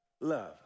love